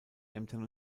ämtern